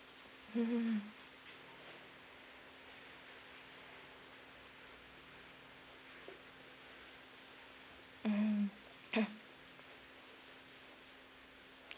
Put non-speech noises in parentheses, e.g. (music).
mm mm mm mmhmm (coughs)